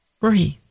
breathe